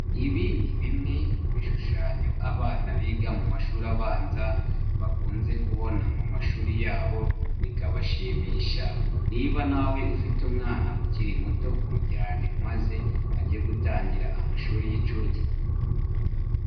Ibi ni bimwe mu bishushanyo abana biga mu mashuri abanza bakunze kubona mu mashuri yabo bikabashimisha niba nawe ufite umwana ukiri muto mujyane maze ajye gutangira amashuri y'inshuke.